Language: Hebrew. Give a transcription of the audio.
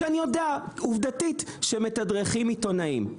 כשאני יודע עובדתית שמתדרכים עיתונאים.